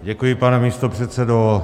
Děkuji, pane místopředsedo.